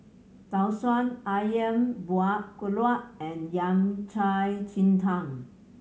Tau Suan Ayam Buah Keluak and Yao Cai ji tang